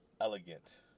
elegant